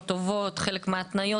לא טובות, חלק מההתניות.